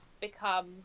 become